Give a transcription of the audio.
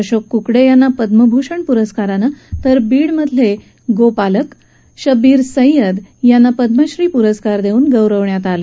अशोक कुकडे यांना पद्मभूषण पुरस्कारानं तर बीड धिले गोपालक शब्बीर सय्यद यांना पद्मश्री पुरस्कार देऊन सन्मानित करण्यात आलं